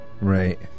right